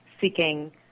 seeking